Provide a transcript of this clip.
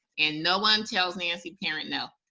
and no one tells nancy parent no.